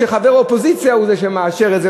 שחבר אופוזיציה הוא זה שמאשר את זה,